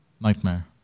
nightmare